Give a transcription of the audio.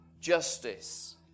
justice